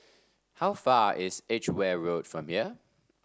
how far is Edgeware Road from here